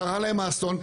קרה להם האסון.